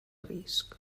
risc